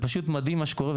פשוט מדהים מה שקורה,